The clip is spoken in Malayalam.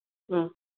മ്മ്